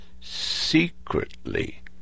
secretly